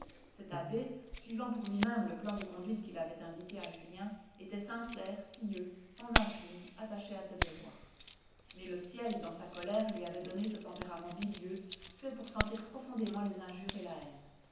cet abbé suivant pour lui-même le plan de conduite qu'il avait indiqué à julien était sincère pieux sans intrigues attaché à ses devoirs mais le ciel dans sa colère lui avait donné ce tempérament bilieux fait pour sentir profondément les injures et la haine